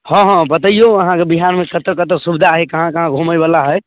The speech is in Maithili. हँ हँ बतैऔ अहाँके बिहारमे कतऽ कतऽ सुविधा हइ कहाँ कहाँ घुमैवला हइ